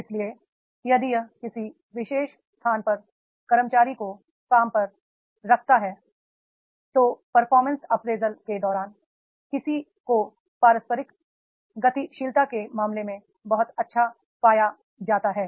इसलिए यदि यह किसी विशेष स्थान पर कर्मचारी को काम पर रखता है और रखता है तो परफॉर्मेंस अप्रेजल के दौरान किसी को पारस्परिक गतिशीलता के मामले में बहुत अच्छा पाया जाता है